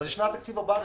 אבל זאת שנת התקציב הבאה.